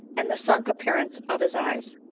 and the sunk appear ance of his eyes.